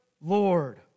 Lord